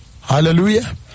Hallelujah